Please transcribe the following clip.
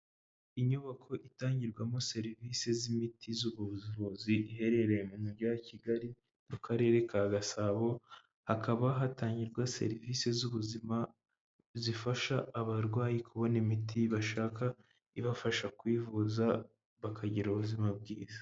Inyubako itangirwamo serivisi z'imiti z'ubuvuzi, iherereye mu Mujyi wa Kigali, mu Karere ka Gasabo, hakaba hatangirwa serivisi z'ubuzima, zifasha abarwayi kubona imiti bashaka, ibafasha kwivuza bakagira ubuzima bwiza.